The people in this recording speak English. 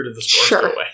Sure